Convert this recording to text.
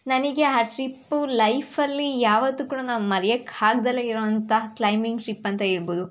ನನಗೆ ಆ ಟ್ರಿಪ್ಪು ಲೈಫಲ್ಲಿ ಯಾವತ್ತೂ ಕೂಡ ನಾನು ಮರಿಯಕ್ಕೆ ಆಗ್ದಲೇ ಇರೋಂಥ ಕ್ಲೈಂಬಿಂಗ್ ಟ್ರಿಪ್ ಅಂತ ಹೇಳ್ಬೋದು